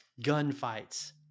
gunfights